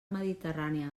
mediterrània